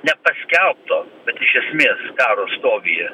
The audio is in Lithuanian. nepaskelbto bet iš esmės karo stovyje